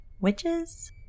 witches